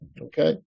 Okay